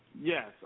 Yes